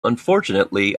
unfortunately